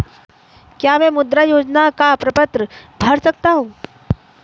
क्या मैं मुद्रा योजना का प्रपत्र भर सकता हूँ?